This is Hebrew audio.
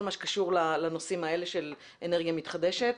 מה שקשור לנושאים האלה של אנרגיה מתחדשת.